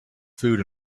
food